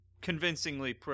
convincingly